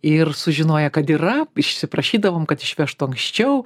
ir sužinoję kad yra išsiprašydavom kad išvežtų anksčiau